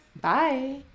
Bye